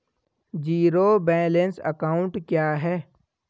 Zero balance account क्या है?